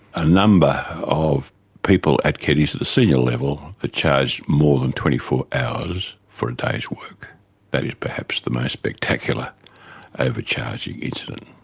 a number of people at keddies, at a senior level, had ah charged more than twenty four hours for a day's work that is perhaps the most spectacular overcharging incident.